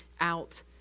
out